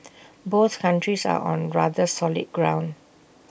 both countries are on rather solid ground